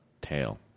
tail